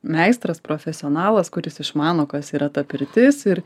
meistras profesionalas kuris išmano kas yra ta pirtis ir